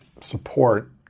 support